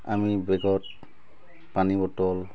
আমি বেগত পানী বটল